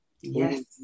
yes